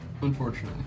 Unfortunately